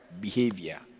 behavior